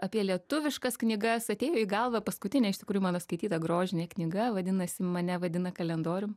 apie lietuviškas knygas atėjo į galvą paskutinė iš tikrųjų mano skaityta grožinė knyga vadinasi mane vadina kalendorium